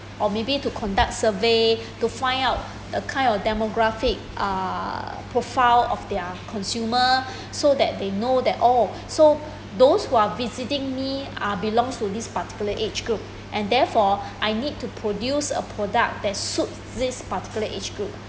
or maybe to conduct survey to find out the kind of demographic uh profile of their consumer so that they know that oh those who are visiting me are belongs to this particular age group and therefore I need to produce a product that suits this particular age group